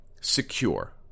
secure